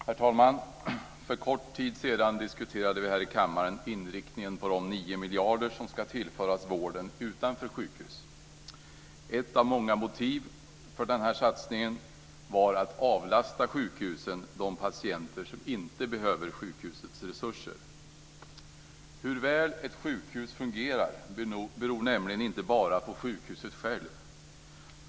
Herr talman! För en kort tid sedan diskuterade vi här i kammaren inriktningen på de 9 miljarder som ska tillföras vården utanför sjukhus. Ett av många motiv för den här satsningen var att avlasta sjukhusen de patienter som inte behöver sjukhusets resurser. Hur väl ett sjukhus fungerar beror nämligen inte bara på sjukhuset självt.